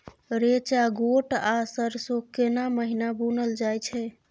रेचा, गोट आ सरसो केना महिना बुनल जाय छै?